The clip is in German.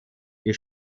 die